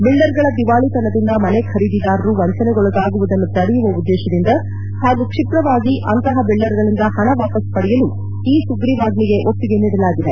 ಬಿಲ್ಡರ್ಗಳ ದಿವಾಳತನದಿಂದ ಮನೆ ಖರೀದಿದಾರರು ವಂಚನೆಗೊಳಗಾಗುವುದನ್ನು ತಡೆಯುವ ಉದ್ಲೇಶದಿಂದ ಹಾಗೂ ಕ್ಷಿಪ್ರವಾಗಿ ಅಂತಹ ಬಿಲ್ಲರ್ಗಳಿಂದ ಹಣವನ್ನು ವಾಪಸ್ ಪಡೆಯಲು ಈ ಸುರೀವಾಜ್ಷೆಗೆ ಒಪ್ಪಿಗೆ ನೀಡಲಾಗಿದೆ